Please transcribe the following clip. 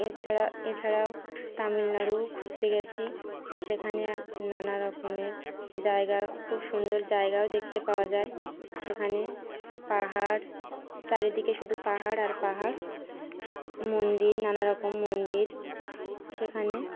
এছাড়া এছাড়াও তামিলনাড়ু ঘুরতে গেছি সেখানে নানা রকমের জায়গা খুব সুন্দর জায়গাও দেখতে পাওয়া যায় সেখানে পাহাড় চারিদিকে শুধু পাহাড় আর পাহাড় মন্দির নানা রকম মন্দির সেখানে